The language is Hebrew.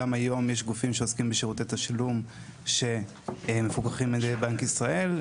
גם היום יש גופים שעוסקים בשירותי תשלום שמפוקחים על ידי בנק ישראל,